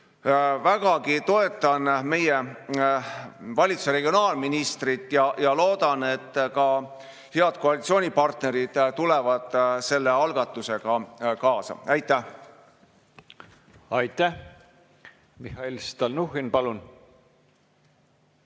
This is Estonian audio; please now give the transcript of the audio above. vägagi toetan meie valitsuse regionaalministrit ja loodan, et ka head koalitsioonipartnerid tulevad selle algatusega kaasa. Aitäh! Aitäh! Mihhail Stalnuhhin, palun!